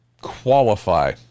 qualify